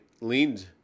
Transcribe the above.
leaned